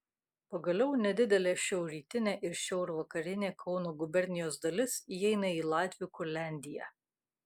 pagaliau nedidelė šiaurrytinė ir šiaurvakarinė kauno gubernijos dalis įeina į latvių kurliandiją